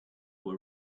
were